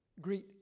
greet